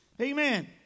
Amen